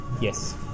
yes